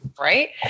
Right